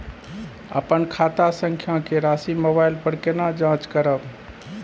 अपन खाता संख्या के राशि मोबाइल पर केना जाँच करब?